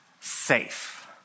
safe